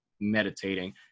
meditating